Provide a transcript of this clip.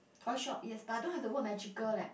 toy shop yes but I don't have the word magical leh